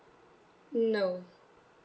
no